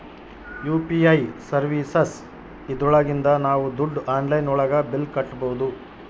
UPI services ಇದ್ರೊಳಗಿಂದ ನಾವ್ ದುಡ್ಡು ಆನ್ಲೈನ್ ಒಳಗ ಬಿಲ್ ಕಟ್ಬೋದೂ